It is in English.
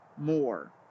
more